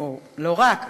לא רק,